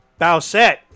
Bowset